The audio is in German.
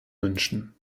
wünschen